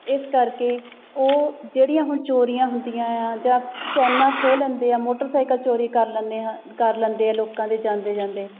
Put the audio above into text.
ਇਸ ਕਰਕੇ ਉਹ ਜਿਹੜੀਆਂ ਹੁਣ ਚੋਰੀਆਂ ਹੁੰਦੀਆਂ ਆ ਜਾਂ ਚੈਨਾਂ ਖੋਹ ਲੈਂਦੇ ਆ ਮੋਟਰਸਾਈਕਲ ਚੋਰੀ ਕਰ ਲੈਂਦੇ ਆਂ ਕਰ ਲੈਂਦੇ ਆ ਲੋਕਾਂ ਦੇ ਜਾਂਦੇ ਜਾਂਦੇ